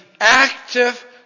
active